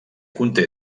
conté